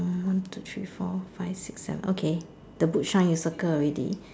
one two three four five six seven okay the book shine you circle already